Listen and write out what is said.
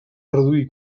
reduir